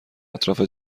اطراف